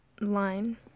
line